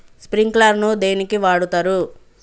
Sprinkler ను దేనికి వాడుతరు?